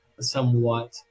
somewhat